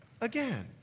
again